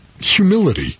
humility